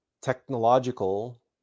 technological